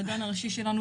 המדען הראשי שלנו,